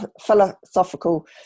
philosophical